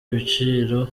ibiciro